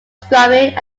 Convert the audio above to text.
scrubbing